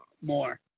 more